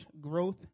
Growth